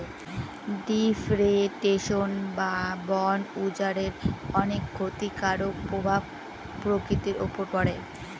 deforestation বা বন উজাড়ের অনেক ক্ষতিকারক প্রভাব প্রকৃতির উপর পড়ে